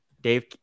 Dave